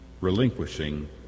relinquishing